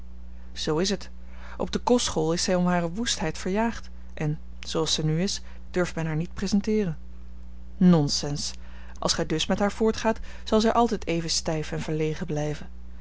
zoo is het op de kostschool is zij om hare woestheid verjaagd en zooals zij nu is durft men haar niet presenteeren nonsens als gij dus met haar voortgaat zal zij altijd even stijf en verlegen blijven